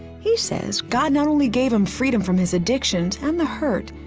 he says god not only gave him freedom from his addictions and the hurt,